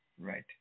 right